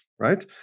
Right